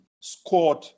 scored